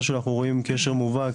אז אנחנו רואים שעולה מהמודיעין קשר מובהק